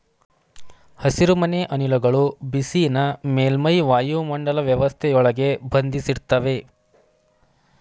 ಹಸಿರುಮನೆ ಅನಿಲಗಳು ಬಿಸಿನ ಮೇಲ್ಮೈ ವಾಯುಮಂಡಲ ವ್ಯವಸ್ಥೆಯೊಳಗೆ ಬಂಧಿಸಿಡ್ತವೆ